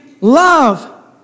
love